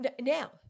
now